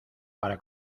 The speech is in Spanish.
para